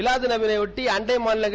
மிலாது நபியை யொட்டி அண்டை மாநிலங்கள்